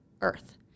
Earth